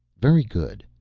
very good,